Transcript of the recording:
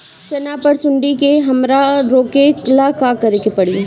चना पर सुंडी के हमला रोके ला का करे के परी?